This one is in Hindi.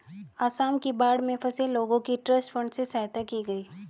आसाम की बाढ़ में फंसे लोगों की ट्रस्ट फंड से सहायता की गई